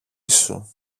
σου